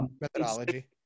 methodology